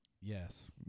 Yes